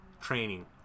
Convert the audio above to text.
training